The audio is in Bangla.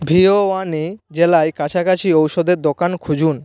ভিওয়ানে জেলায় কাছাকাছি ঔষধের দোকান খুঁজুন